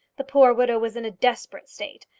the poor widow was in a desperate state,